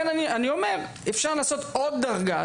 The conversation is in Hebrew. אפשר לעשות עוד דרגה,